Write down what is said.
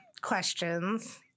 Questions